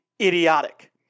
idiotic